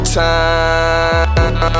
time